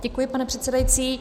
Děkuji, pane předsedající.